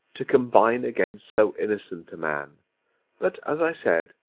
to combine against so innocent a man but, as i said,